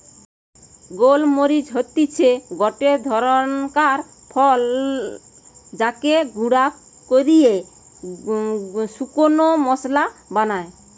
গোল মরিচ হতিছে গটে ধরণকার ফল যাকে গুঁড়া কইরে শুকনা মশলা বানায়